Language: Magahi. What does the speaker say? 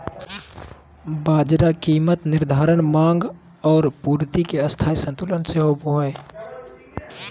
बाजार कीमत निर्धारण माँग और पूर्ति के स्थायी संतुलन से होबो हइ